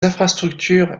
infrastructures